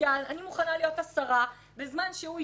אני מוכנה להיות השרה, בזמן שהוא יתקוף אותי,